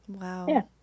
Wow